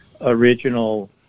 original